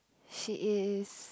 she is